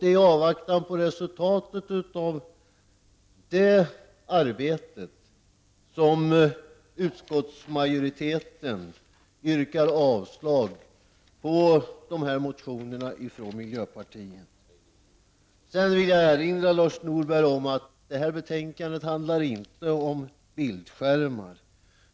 I avvaktan på resultatet av detta arbete yrkar utskottsmajoriteten avslag på miljöpartiets motioner. Jag vill erinra Lars Norberg om att det här betänkandet inte handlar om bildskärmar.